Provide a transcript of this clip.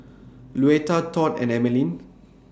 Luetta Tod and Emmaline